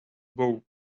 bow